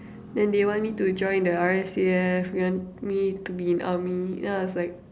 then they want me to join the R_S_A_F want me to be in army then I was like